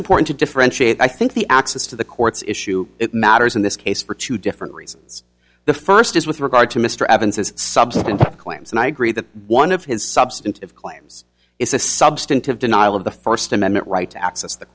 important to differentiate i think the access to the courts issue it matters in this case for two different reasons the first is with regard to mr evans's substantive claims and i agree that one of his substantive claims is a substantive denial of the first amendment right to access t